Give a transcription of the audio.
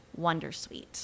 Wondersuite